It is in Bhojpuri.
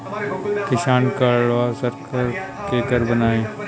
किसान कार्डवा सरकार केकर बनाई?